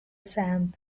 sand